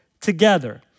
together